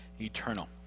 eternal